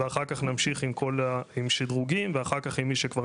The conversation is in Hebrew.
ואחר כך נמשיך עם שדרוגים ועם מי שכבר